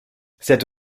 cette